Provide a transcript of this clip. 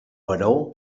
baró